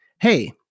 hey